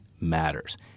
matters